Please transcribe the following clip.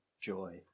joy